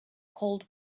cold